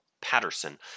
Patterson